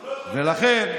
ולכן,